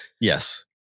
Yes